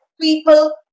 people